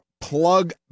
plug